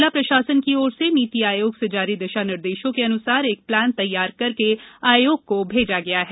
जिला प्रशासन की ओर से नीति आयोग से जारी दिशा निर्देशों के अनुसार एक प्लान तैयार कर के आयोग को भेजा जाएगा